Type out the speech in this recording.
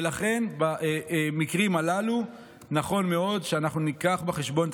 ולכן במקרים הללו נכון מאוד שאנחנו ניקח בחשבון את